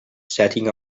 setting